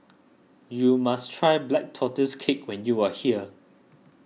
you must try Black Tortoise Cake when you are here